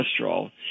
cholesterol